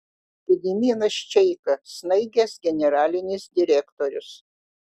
gediminas čeika snaigės generalinis direktorius